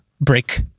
break